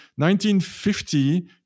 1950